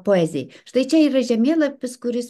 poezijai štai čia yra žemėlapis kuris